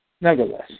Nevertheless